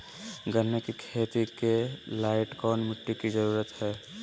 गन्ने की खेती के लाइट कौन मिट्टी की जरूरत है?